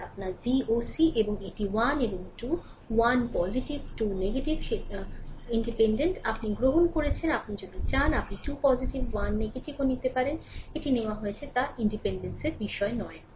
এটি আপনার VOCএবং এটি 1 এবং 2 1 ইতিবাচক 2 নেতিবাচক independent আপনি গ্রহণ করেছেন আপনি যদি চান আপনি 2 পজিটিভ 1 নেতিবাচক নিতে পারেন এটি নেওয়া হয়েছে তা independence বিষয় নয়